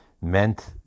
meant